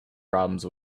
problems